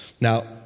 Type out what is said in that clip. Now